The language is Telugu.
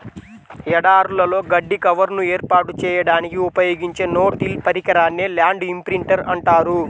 ఎడారులలో గడ్డి కవర్ను ఏర్పాటు చేయడానికి ఉపయోగించే నో టిల్ పరికరాన్నే ల్యాండ్ ఇంప్రింటర్ అంటారు